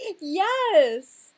Yes